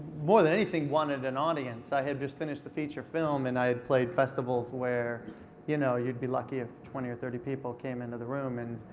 more than anything, wanted an audience. i had just finished a feature film and i had played festivals where you know you'd be lucky if twenty or thirty people came into the room. and